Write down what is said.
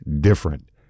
different